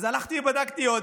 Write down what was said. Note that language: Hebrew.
אז הלכתי ובדקתי עוד.